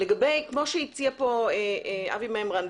כפי שהציע פה אבי מימרן,